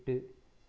எட்டு